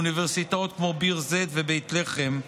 באוניברסיטאות כמו ביר זית ובית לחם,